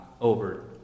over